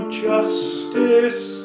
justice